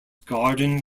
garden